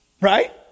Right